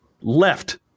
left